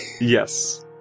Yes